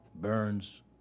burns